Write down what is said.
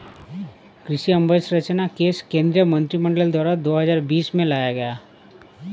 कृषि अंवसरचना कोश केंद्रीय मंत्रिमंडल द्वारा दो हजार बीस में लाया गया